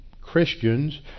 Christians